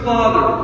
Father